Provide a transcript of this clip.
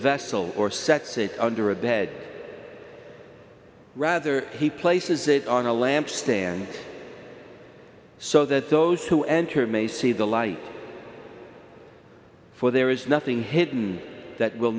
vessel or set safe under a bed rather he places it on a lamp stand so that those who enter may see the light for there is nothing hidden that will